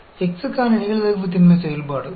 beta distribution मुझे फिर से स्मरण करने दे